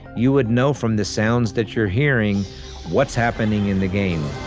you would know from the sounds that you're hearing what's happening in the game.